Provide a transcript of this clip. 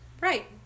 right